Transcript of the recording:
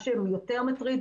מה שיותר מטריד,